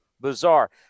bizarre